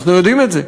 אנחנו יודעים את זה,